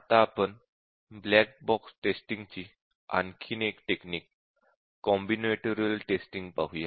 आता आपण black box टेस्टिंगची आणखी एक टेक्निक कॉम्बिनेटोरियल टेस्टिंग पाहूया